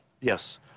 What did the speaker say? Yes